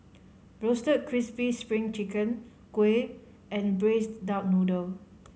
Roasted Crispy Spring Chicken Kuih and Braised Duck Noodle